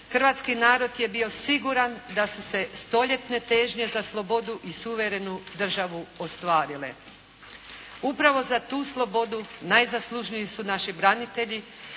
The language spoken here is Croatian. hrvatski narod je bio siguran da su se stoljetne težnje za slobodu i suverenu državu ostvarile. Upravo za tu slobodu najzaslužniji su naši branitelji